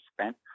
spent